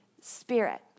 spirit